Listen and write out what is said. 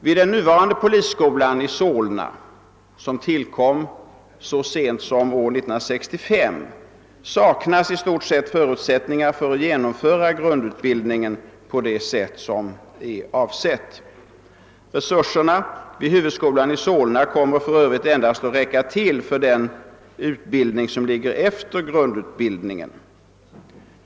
Vid den nuvarande polisskolan i Solna, som tillkom så sent som år 1965, saknas i stort sett förutsättningar för genomförande av grundutbildningen på det sätt som har avsetts. Resurserna vid huvudskolan i Solna kommer för övrigt endast att räcka till för den utbildning som ligger efter grundutbildningen.